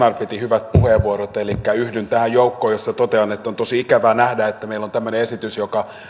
pitivät hyvän puheenvuoron elikkä yhdyn tähän joukkoon ja totean että on tosi ikävää nähdä että meillä on tämmöinen esitys joka